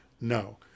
no